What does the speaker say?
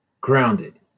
grounded